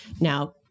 Now